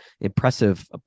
impressive